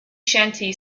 shanty